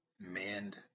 mend